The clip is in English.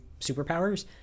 superpowers